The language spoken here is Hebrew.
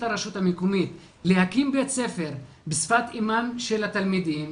הרשות המקומית להקים בית ספר בשפת אימם של התלמידים,